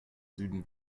süden